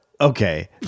Okay